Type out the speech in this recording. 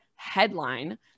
headline